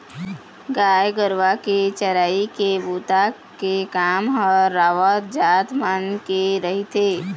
गाय गरुवा के चरई के बूता के काम ह राउत जात मन के रहिथे